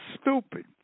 stupid